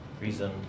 reason